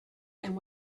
and